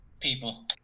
people